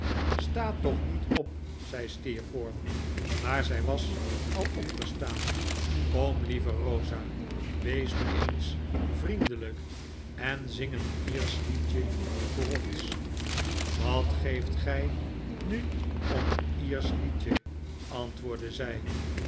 sta toch niet op zei steerforth maar zij was al opgestaan kom lieve rosa wees nu eens vriendelijk en zing een iersch liedje voor ons wat geeft gij nu om een iersch liedje antwoordde zij